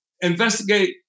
investigate